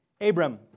Abram